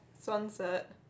sunset